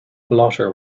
blotter